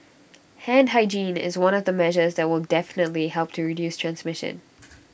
hand hygiene is one of the measures that will definitely help to reduce transmission